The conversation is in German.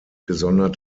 gesondert